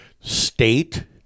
state